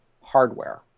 hardware